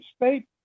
state